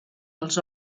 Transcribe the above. els